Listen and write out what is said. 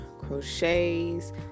crochets